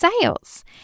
sales